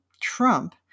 Trump